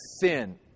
sin